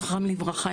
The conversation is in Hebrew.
זיכרונם לברכה,